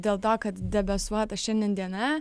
dėl to kad debesuota šiandien diena